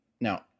now